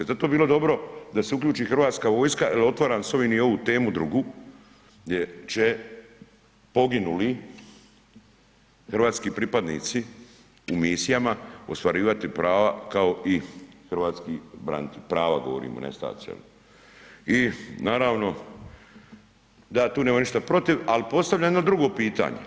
Zato bi bilo dobro da se uključi hrvatska vojska, jer otvaram s ovim i ovu temu drugu gdje će poginuli hrvatski pripadnici u misijama ostvarivati prava kao i hrvatski branitelji, prava govorim ne …/nerazumljivo/… i naravno da tu nemam ništa protiv, ali postavljam jedno drugo pitanje.